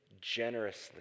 generously